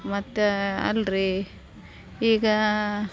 ಮತ್ತು ಅಲ್ಲ ರಿ ಈಗ